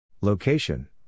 Location